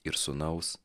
ir sūnaus